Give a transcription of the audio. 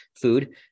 food